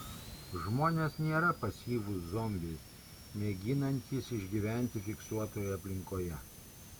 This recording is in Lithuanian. žmonės nėra pasyvūs zombiai mėginantys išgyventi fiksuotoje aplinkoje